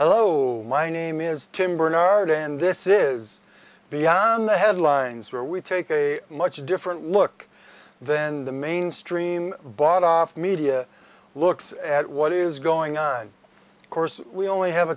hello my name is tim bernard and this is beyond the headlines where we take a much different look then the mainstream bought off media looks at what is going on of course we only have